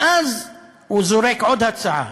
ואז הוא זורק עוד הצעה: